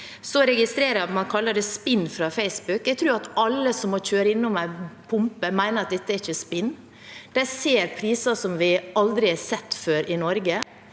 Jeg registrerer at man kaller det spinn fra Facebook. Jeg tror at alle som må kjøre innom en pumpe, mener at dette ikke er spinn. De ser priser som vi aldri har sett før i Norge.